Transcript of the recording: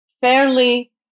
fairly